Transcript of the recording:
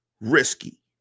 risky